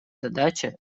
задача